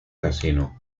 casino